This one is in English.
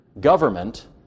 government